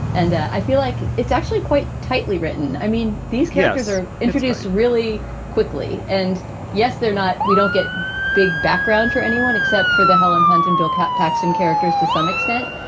and i feel like it's actually quite tightly written. i mean these kids are introduced really quickly and yes, they're not. we don't get big background for anyone except for the helen hunt and bill cutbacks in characters to some extent.